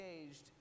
engaged